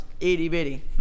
itty-bitty